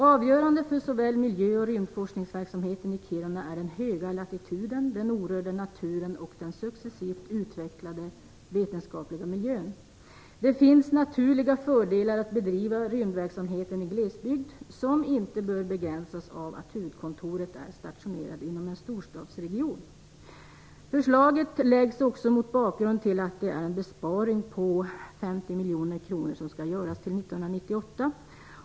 Avgörande för såväl miljö som rymdforskningsverksamheten i Kiruna är den höga latituden, den orörda naturen och den successivt utvecklade vetenskapliga miljön. Det finns naturliga fördelar med att bedriva rymdverksamheten i glesbygd, som inte bör begränsas av att huvudkontoret är stationerat i en storstadsregion. Förslaget läggs också fram mot bakgrund av att en besparing på 50 miljoner kronor skall göras till 1998.